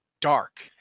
dark